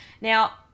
Now